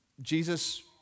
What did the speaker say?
Jesus